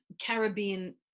Caribbean